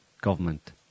government